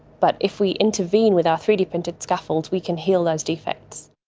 but if we intervene with our three d printed scaffold we can heal those defects.